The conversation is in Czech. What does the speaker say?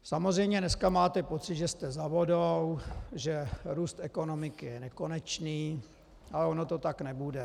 Samozřejmě dneska máte pocit, že jste za vodou, že růst ekonomiky je nekonečný, ale ono to tak nebude.